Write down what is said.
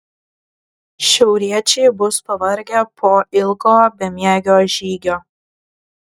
šiauriečiai bus pavargę po ilgo bemiegio žygio